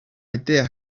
idea